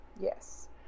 Yes